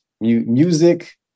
music